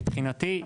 מבחינתי,